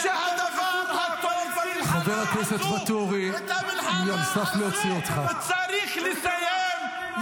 חבר הכנסת ואטורי, אתה בקריאה שנייה.